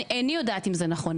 איני יודעת אם זה נכון.